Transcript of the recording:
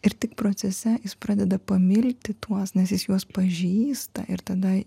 ir tik procese jis pradeda pamilti tuos nes jis juos pažįsta ir tada